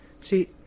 See